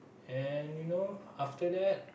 and you know after that